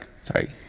Sorry